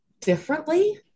differently